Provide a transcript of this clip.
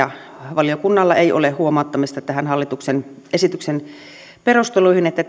valiokunnalla ei ole huomauttamista hallituksen esityksen perusteluihin että